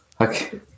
Okay